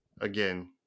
again